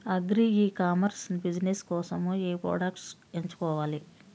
Agri e commerce business కోసము ఏ products ఎంచుకోవాలి?